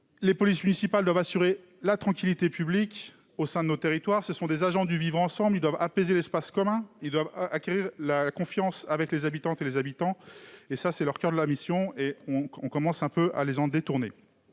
Les polices municipales doivent assurer la tranquillité publique au sein de nos territoires ; elles sont des agents du vivre ensemble. Elles doivent apaiser l'espace commun et, donc, acquérir la confiance des habitantes et des habitants. Tel est le coeur de leurs missions, dont on commence un peu à les détourner.